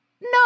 No